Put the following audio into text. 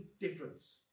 difference